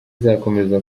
izakomeza